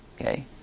Okay